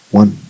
one